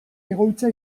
egoitza